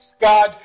God